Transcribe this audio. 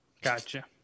gotcha